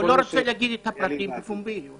הוא לא רוצה להגיד את הפרטים בפומבי כי